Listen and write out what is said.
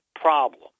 problem